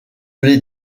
les